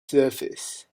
surface